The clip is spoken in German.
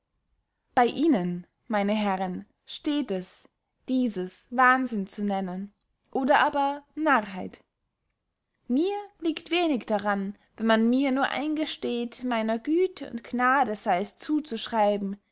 bey ihnen meine herren steht es dieses wahnsinn zu nennen oder aber narrheit mir liegt wenig daran wenn man mir nur eingesteht meiner güte und gnade sey es zuzuschreiben